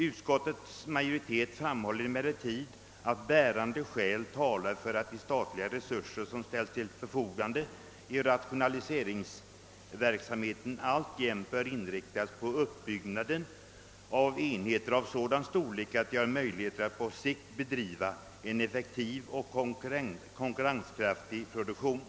Utskottets majoritet framhåller emellertid att »bärande skäl talar för att de statliga resurser, som ställs till förfogande i rationaliseringsverksamheten, alltjämt bör inriktas på uppbyggnaden av enheter av sådan storlek att de har möjligheter att på sikt bedriva en effektiv och konkurrenskraftig produktion».